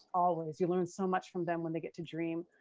always. you learn so much from them when they get to dream.